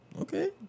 Okay